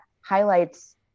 highlights